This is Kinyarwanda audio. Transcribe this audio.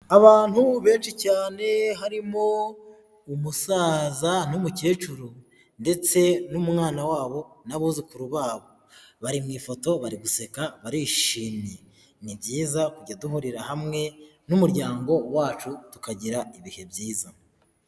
Abantu benshi cyane, harimo umusaza n'umukecuru, ndetse n'umwana wabo, n'abuzukuru babo. Bari mu ifoto, bari guseka, barishimye. Ni byiza kujya duhurira hamwe n'umuryango wacu, tukagira ibihe byiza.